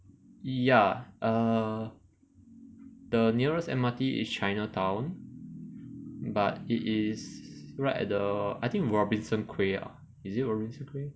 ya err the nearest M_R_T is chinatown but it is right at the I think robinson quay ah is it robinson quay